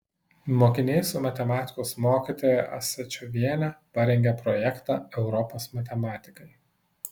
mokiniai su matematikos mokytoja asačioviene parengė projektą europos matematikai